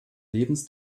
lebens